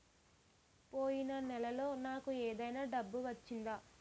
పోయిన నెలలో నాకు ఏదైనా డబ్బు వచ్చిందా?